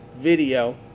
video